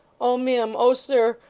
oh mim! oh sir.